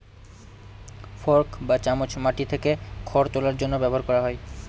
fork বা চামচ মাটি থেকে খড় তোলার জন্য ব্যবহার করা হয়